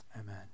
amen